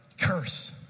curse